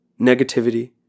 negativity